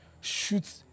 Shoot